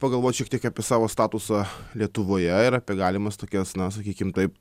pagalvot šiek tiek apie savo statusą lietuvoje ir apie galimas tokias na sakykim taip